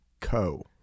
Co